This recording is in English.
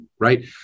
right